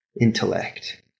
intellect